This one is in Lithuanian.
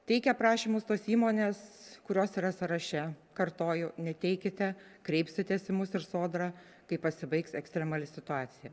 teikia prašymus tos įmonės kurios yra sąraše kartoju neteikite kreipsitės į mus ir sodra kai pasibaigs ekstremali situacija